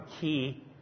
key